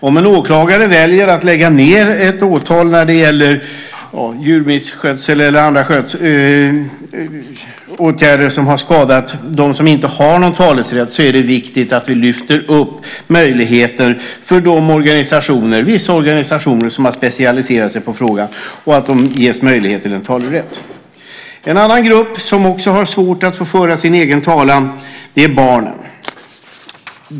Om en åklagare väljer att lägga ned ett åtal när det gäller misskötsel av djur eller åtgärder som har skadat dem som inte har någon talerätt är det viktigt att vi ger vissa organisationer som har specialiserat sig på frågan möjlighet till talerätt. En annan grupp som har svårt att föra sin egen talan är barnen.